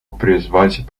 призвать